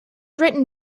written